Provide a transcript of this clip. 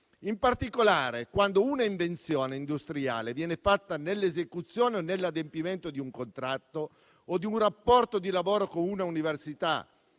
In particolare, quando un'invenzione industriale viene fatta nell'esecuzione o nell'adempimento di un contratto o di un rapporto di lavoro con una università,